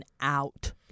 out